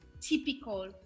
typical